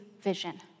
vision